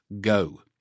go